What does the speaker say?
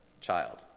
child